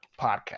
podcast